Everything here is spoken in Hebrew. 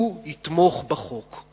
הוא יתמוך בהצעת החוק.